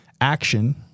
Action